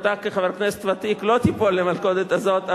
אתה כחבר כנסת ותיק לא תיפול למלכודת הזאת,